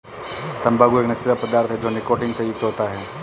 तंबाकू एक नशीला पदार्थ है जो निकोटीन से युक्त होता है